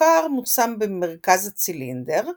הסוכר מושם במרכז הצילינדר,